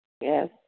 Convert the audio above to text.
Yes